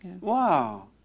Wow